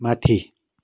माथि